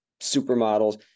supermodels